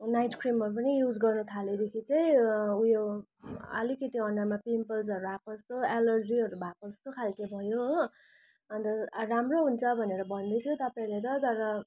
night क्रिमहरू पनि use गर्न थालेदेखि चाहिँ उयो अलिकति अनुहारमा पिम्पल्सहरू आएको जस्तो एलर्जीहरू भएको जस्तो खालको भयो हो अन्त राम्रो हुन्छ भनेर भन्दै थियो तपाईँले त तर